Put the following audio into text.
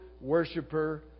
worshiper